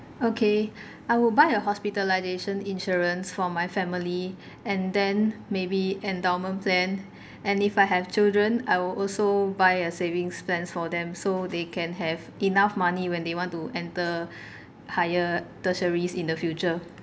okay I will buy a hospitalisation insurance for my family and then maybe endowment plan and if I have children I would also buy a savings plans for them so they can have enough money when they want to enter higher tertiaries in the future